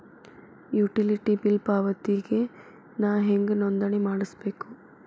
Utility bill ಪಾವತಿಗೆ ನಾ ಹೆಂಗ್ ನೋಂದಣಿ ಮಾಡ್ಸಬೇಕು?